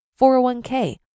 401k